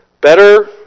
better